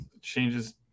Changes